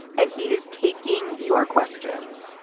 and he is taking your questions.